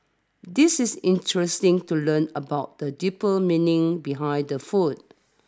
this is interesting to learn about the deeper meaning behind the food